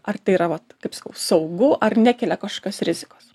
ar tai yra vat kaip saugu ar nekelia kažkokios rizikos